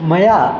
मया